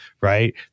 right